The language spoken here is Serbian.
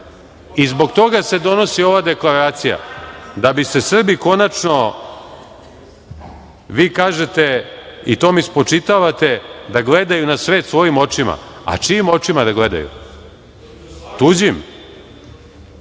toga se donosi ova Deklaracija, da bi se Srbi konačno, vi kažete i to mi spočitavate, da gledaju na svet svojim očima, a čijim očima da gledaju? Tuđim?